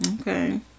Okay